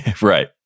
Right